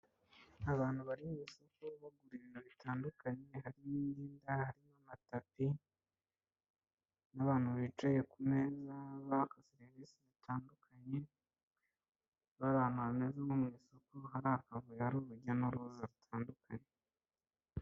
Abantu bari mu isoko, bagura ibintu bitandukanye, harimo imyenda, harimo amatapi, n'abantu bicaye ku meza baka serivisi zitandukanye, bari ahantu hameze nko mu rusaku, hari akavuyo, hari urujya n'uruza rutandukanye.